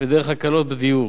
ודרך הקלות בדיור.